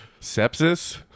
Sepsis